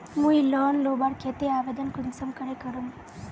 मुई लोन लुबार केते आवेदन कुंसम करे करूम?